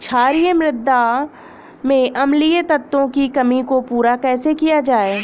क्षारीए मृदा में अम्लीय तत्वों की कमी को पूरा कैसे किया जाए?